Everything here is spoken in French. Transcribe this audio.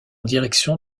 direction